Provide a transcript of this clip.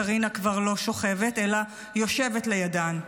קרינה כבר לא שוכבת אלא יושבת לידן.